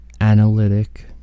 analytic